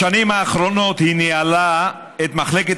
בשנים האחרונות היא ניהלה את מחלקת